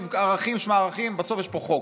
ערכים שמרכים, בסוף יש פה חוק.